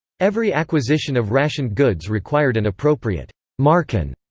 every acquisition of rationed goods required an appropriate marken,